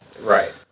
Right